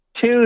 two